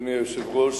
אדוני היושב-ראש,